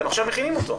אתם עכשיו מכינים אותו.